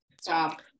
stop